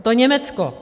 To Německo.